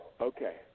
Okay